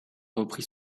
reprit